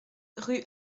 rue